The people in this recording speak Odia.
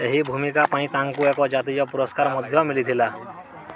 ଏହି ଭୂମିକା ପାଇଁ ତାଙ୍କୁ ଏକ ଜାତୀୟ ପୁରସ୍କାର ମଧ୍ୟ ମିଳିଥିଲା